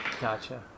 Gotcha